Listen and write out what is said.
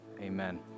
Amen